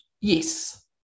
Yes